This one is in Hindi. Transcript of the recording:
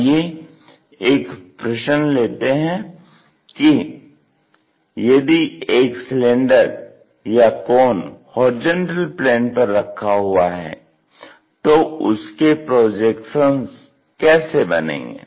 आइए एक प्रश्न लेते हैं की यदि एक सिलेंडर या कोन होरिजेंटल प्लेन पर रखा हुआ है तो उसके प्रोजेक्शंस कैसे बनेंगे